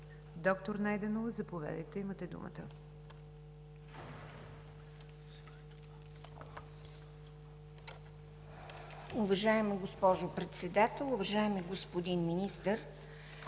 Доктор Найденова, заповядайте, имате думата.